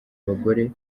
abagore